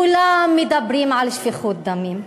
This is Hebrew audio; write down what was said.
כולם מדברים על שפיכות דמים,